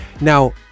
now